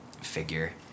figure